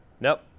Nope